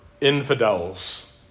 infidels